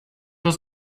was